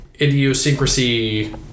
idiosyncrasy